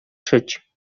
czyć